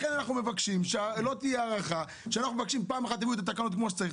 לכן אנחנו מבקשים שפעם אחת יביאו את התקנות כפי שצריך.